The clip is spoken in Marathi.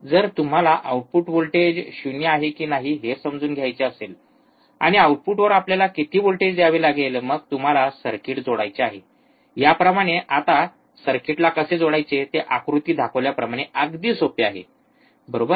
जर तुम्हाला आउटपुट व्होल्टेज 0 आहे की नाही हे समजून घ्यायचे असेल आणि आउटपुटवर आपल्याला किती व्होल्टेज द्यावे लागेल मग तुम्हाला सर्किटला जोडायचे आहे याप्रमाणे आता सर्किटला कसे जोडायचे ते आकृतीमध्ये दाखवल्याप्रमाणे अगदी सोपे आहे बरोबर